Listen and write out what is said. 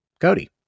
Cody